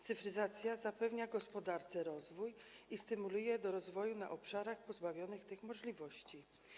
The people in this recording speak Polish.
Cyfryzacja zapewnia gospodarce rozwój i stymuluje do rozwoju na obszarach pozbawionych tych możliwości.